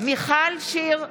מיכל שיר סגמן,